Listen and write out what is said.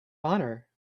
honor